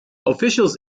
officials